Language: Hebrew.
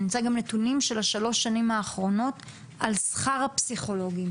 אני רוצה גם נתונים על שכר הפסיכולוגים בשלוש השנים האחרונות.